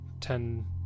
ten